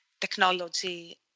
technology